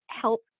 help